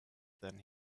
than